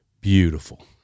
beautiful